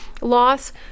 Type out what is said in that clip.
loss